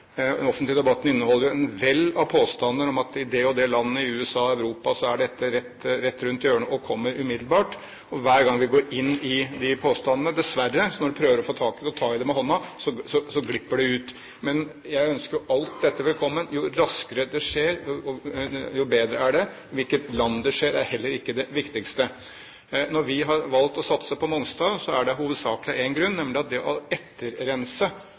Den offentlige debatten inneholder et vell av påstander om at i det og det landet – USA og i Europa – er dette rett rundt hjørnet og kommer umiddelbart, og hver gang vi går inn i disse påstandene, dessverre, når man prøver å få tak i det og ta i det med hånda, glipper det ut. Men jeg ønsker alt dette velkommen. Jo raskere det skjer, jo bedre er det. Hvilket land det skjer i, er heller ikke det viktigste. Når vi har valgt å satse på Mongstad, er det hovedsakelig av én grunn, nemlig at det å